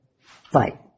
fight